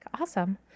awesome